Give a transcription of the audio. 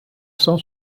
cent